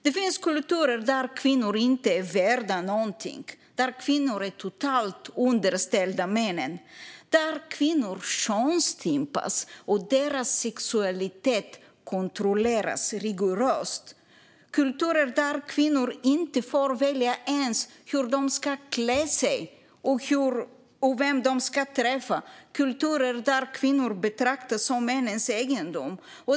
Det finns kulturer där kvinnor inte är värda någonting, där kvinnor är totalt underställda männen, där kvinnor könsstympas och deras sexualitet kontrolleras rigoröst. Det finns kulturer där kvinnor inte får välja ens hur de ska klä sig och vem de ska träffa - kulturer där kvinnor betraktas som männens egendom.